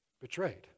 Betrayed